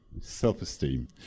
self-esteem